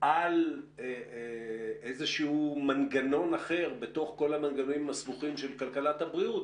על איזשהו מנגנון אחר בתוך כל המנגנונים הסבוכים של כלכלת הבריאות,